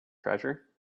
treasure